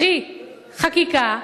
קרי חקיקה,